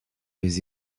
les